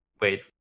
wait